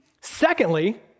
Secondly